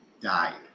died